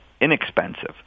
inexpensive